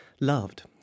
loved